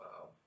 Wow